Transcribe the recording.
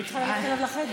היית צריכה ללכת אליו לחדר.